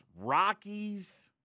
Rockies